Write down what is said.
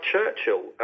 Churchill